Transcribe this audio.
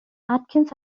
atkins